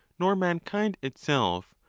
nor mankind itself,